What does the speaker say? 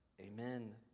amen